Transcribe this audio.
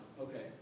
okay